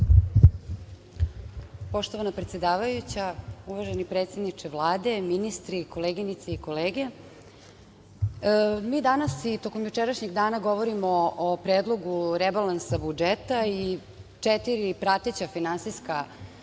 predsedavajuća, uvaženi predsedniče Vlade, ministri i koleginice i kolege, mi danas i tokom jučerašnjeg dana govorimo o Predlogu rebalansa budžeta i četiri prateća finansijska zakona